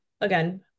again